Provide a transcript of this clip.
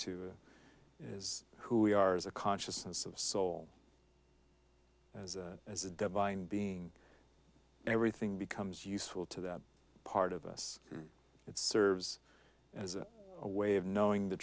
to is who we are as a consciousness of soul as a divine being and everything becomes useful to that part of us it serves as a way of knowing the